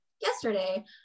yesterday